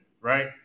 right